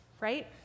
right